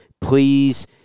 please